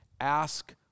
ask